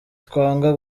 twanga